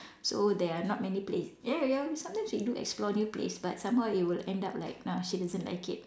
so there are not many place ya ya sometime we will do explore new place but somehow it will end up like no she doesn't like it